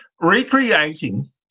recreating